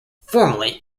formally